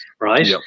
Right